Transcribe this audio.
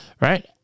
right